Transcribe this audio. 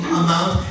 amount